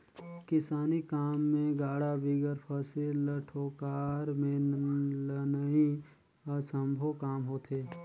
किसानी काम मे गाड़ा बिगर फसिल ल कोठार मे लनई असम्भो काम होथे